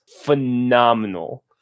phenomenal